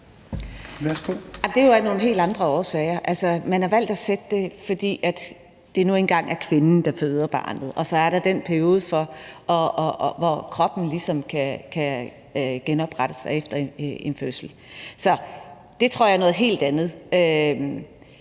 Det er jo af nogle helt andre årsager. Altså, man har valgt at sætte det der, fordi det nu engang er kvinden, der føder barnet, og så er der den periode, hvor kroppen ligesom kan genoprettes efter en fødsel. Så det tror jeg er noget helt andet.